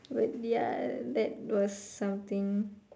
but ya that was something